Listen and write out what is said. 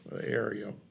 area